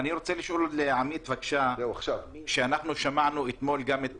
אני רוצה לשאול את עמית: שמענו אתמול גם את